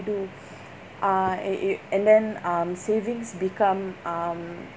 do uh and it and then um savings become um